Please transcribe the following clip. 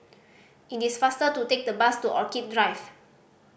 it is faster to take the bus to Orchid Drive